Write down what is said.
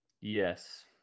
Yes